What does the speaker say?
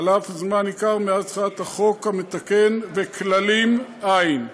חלף זמן ניכר מאז תחילת החוק המתקן, וכללים אין"